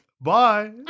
bye